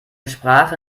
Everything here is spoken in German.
sprache